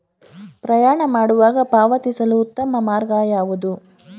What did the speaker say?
ಪ್ರಯಾಣ ಮಾಡುವಾಗ ಪಾವತಿಸಲು ಉತ್ತಮ ಮಾರ್ಗ ಯಾವುದು?